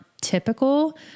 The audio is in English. typical